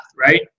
right